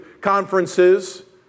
conferences